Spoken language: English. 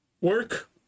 Work